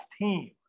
team